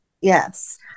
Yes